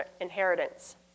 inheritance